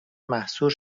محصور